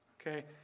Okay